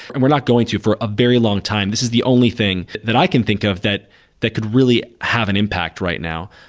and we're not going to for a very long time. this is the only thing that i can think of that that could really have an impact right now.